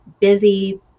busy